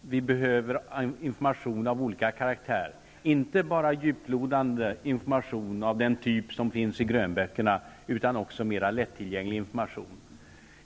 vi behöver information av olika karaktär, inte bara djuplodande information av den typ som finns i grönböckerna, utan också mera lättillgänglig information.